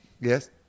Yes